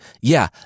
Yeah